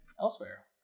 elsewhere